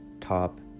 Top